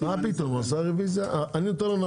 הנימוק העיקרי לרביזיות שלנו הוא כזה אנחנו ניסינו לשכנע